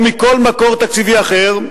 או מכל מקור תקציבי אחר?